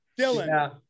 Dylan